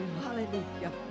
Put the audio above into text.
hallelujah